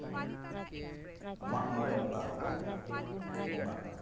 ᱢᱟᱜᱢᱚᱬᱮ ᱵᱚᱸᱜᱟ ᱦᱚᱸᱠᱚ ᱵᱚᱸᱜᱟᱜ ᱠᱟᱱᱟ